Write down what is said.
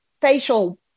facial